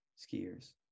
skiers